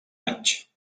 anys